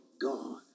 God